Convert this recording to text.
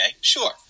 Sure